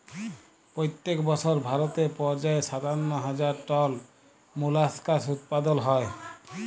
পইত্তেক বসর ভারতে পর্যায়ে সাত্তান্ন হাজার টল মোলাস্কাস উৎপাদল হ্যয়